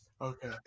Okay